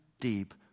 deep